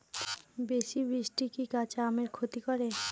বেশি বৃষ্টি কি কাঁচা আমের ক্ষতি করে?